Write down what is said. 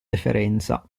deferenza